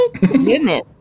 Goodness